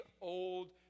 old